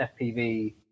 FPV